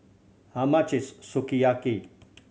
how much is Sukiyaki